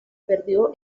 perdió